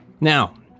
Now